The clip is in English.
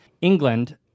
England